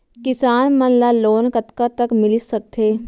किसान मन ला लोन कतका तक मिलिस सकथे?